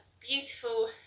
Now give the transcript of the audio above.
beautiful